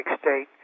state